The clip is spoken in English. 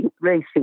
racing